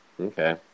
Okay